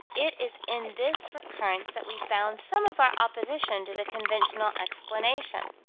it is in this recurrence that we found some of our opposition to the conventional explanation.